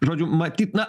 žodžiu matyt na